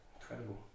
incredible